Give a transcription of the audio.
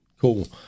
Cool